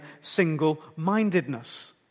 single-mindedness